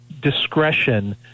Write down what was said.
discretion